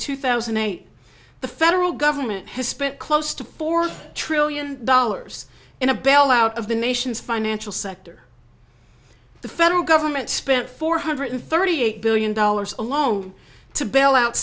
two thousand and eight the federal government has spent close to four trillion dollars in a bailout of the nation's financial sector the federal government spent four hundred thirty eight billion dollars alone to bail out